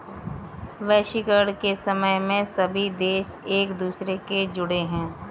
वैश्वीकरण के समय में सभी देश एक दूसरे से जुड़े है